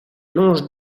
longe